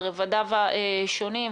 על רבדיו השונים,